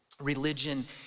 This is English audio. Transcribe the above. religion